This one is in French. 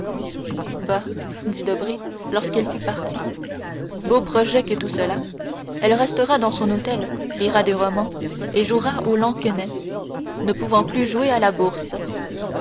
dit debray lorsqu'elle fut partie beaux projets que tout cela elle restera dans son hôtel lira des romans et jouera au lansquenet ne pouvant plus jouer à la bourse